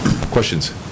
Questions